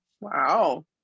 Wow